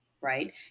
right